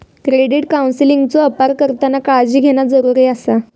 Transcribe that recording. credit काउन्सेलिंगचो अपार करताना काळजी घेणा जरुरी आसा